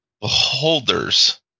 beholders